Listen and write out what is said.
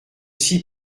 six